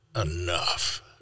enough